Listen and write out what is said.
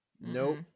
Nope